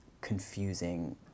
confusing